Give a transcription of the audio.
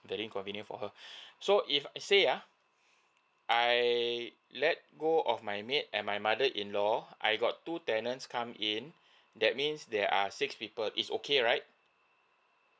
very convenient for her so if let's say uh I let go of my maid and my mother in law I got two tenants come in that means there are six people is okay right